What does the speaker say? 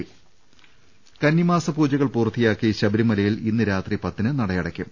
ദർശ്ശേര കന്നിമാസ പൂജകൾ പൂർത്തിയാക്കി ശബരിമലയിൽ ഇന്ന് രാത്രി പത്തിന് നടയടയ്ക്കും